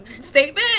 Statement